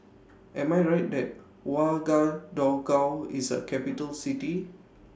Am I Right that Ouagadougou IS A Capital City